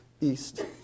east